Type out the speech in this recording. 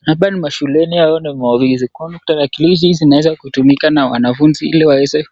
Hapa ni mashuleni au ni maofisi. Tarakilishi zinaweza kutumika na wanafunzi ili waweze